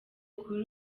kuri